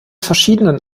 verschiedenen